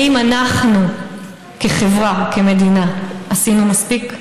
האם אנחנו כחברה, כמדינה, עשינו מספיק?